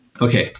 Okay